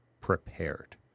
prepared